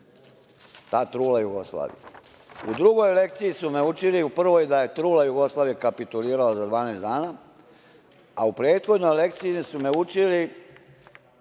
Ta trula Jugoslavija.U drugoj lekciji su me učili, u prvoj da je trula Jugoslavija kapitulirala za 12 dana, a u prethodnoj lekciji su me učili,